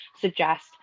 suggest